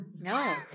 No